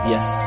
Yes